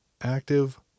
active